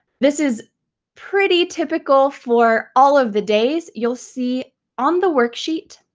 this is pretty typical for all of the days. you'll see on the worksheet,